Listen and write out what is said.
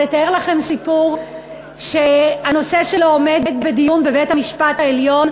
לתאר לכם סיפור שהנושא שלו עומד בדיון בבית-המשפט העליון,